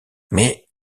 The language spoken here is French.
mais